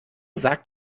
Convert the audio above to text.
sagt